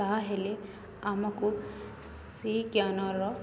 ତାହେଲେ ଆମକୁ ସେ ଜ୍ଞାନର